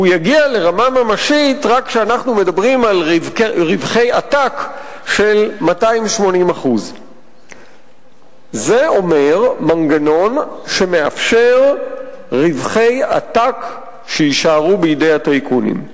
והוא יגיע לרמה ממשית רק כשאנחנו מדברים על רווחי עתק של 280%. זה אומר מנגנון שמאפשר רווחי עתק שיישארו בידי הטייקונים.